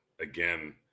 again